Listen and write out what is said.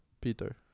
Peter